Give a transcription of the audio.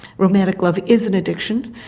romantic love is an addiction,